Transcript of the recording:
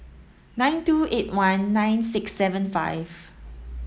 nine two eight one nine six seven five